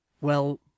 Well